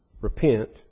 Repent